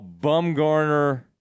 Bumgarner